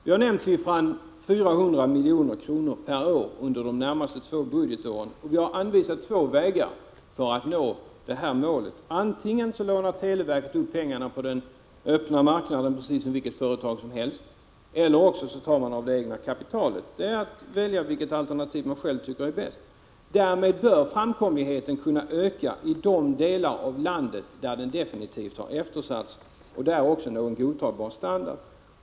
Vi har nämnt siffran 400 milj.kr. per år under de närmaste två budgetåren, och vi har anvisat två vägar för att nå detta mål. Antingen lånar televerket upp pengarna på den öppna marknaden precis som vilket annat företag som helst, eller också tar man av det egna kapitalet. Det är bara att välja det alternativ man själv tycker är bäst. Därmed bör framkomligheten kunna öka i de delar av landet där den absolut har eftersatts och nå en godtagbar standard.